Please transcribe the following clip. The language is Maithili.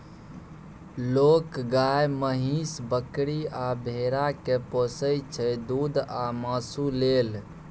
लोक गाए, महीष, बकरी आ भेड़ा केँ पोसय छै दुध आ मासु लेल